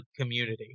community